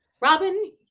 Robin